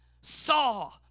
saw